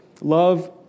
Love